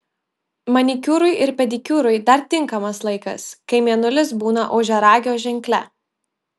manikiūrui ir pedikiūrui dar tinkamas laikas kai mėnulis būna ožiaragio ženkle